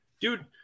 dude